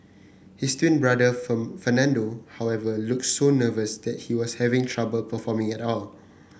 his twin brother Fernando however looked so nervous that he was having trouble performing at all